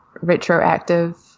retroactive